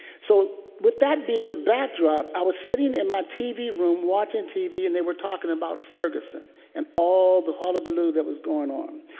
so with that being the backdrop, i was sitting in my tv room, watching tv and they were talking about ferguson and all the hullabaloo that was going on.